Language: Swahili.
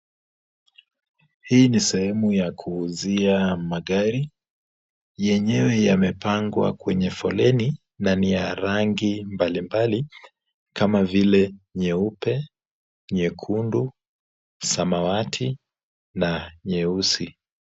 Hii ni sehemu ya kuuzia magari. Yenyewe yamepangwa kwenye foleni na ni ya rangi mbalimbali kama vile nyeupe, nyekundu, samawati na nyeusi.